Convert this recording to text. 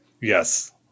Yes